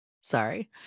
Sorry